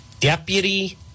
Deputy